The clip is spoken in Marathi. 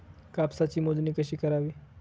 कापसाची मोजणी कशी करावी?